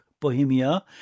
Bohemia